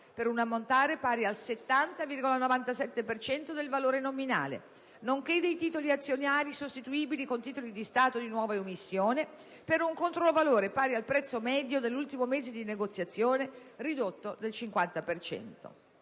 per un ammontare pari al 70,97 per cento del valore nominale, nonché dei titoli azionari sostituibili con titoli di Stato di nuova emissione, per un controvalore pari al prezzo medio nell'ultimo mese di negoziazione, ridotto del 50